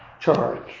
charge